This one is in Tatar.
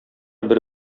бер